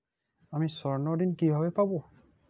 আমি স্বর্ণঋণ কিভাবে পাবো?